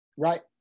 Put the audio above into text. Right